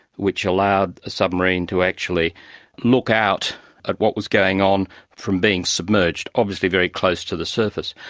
which allowed a submarine to actually look out at what was going on from being submerged, obviously very close to the surface.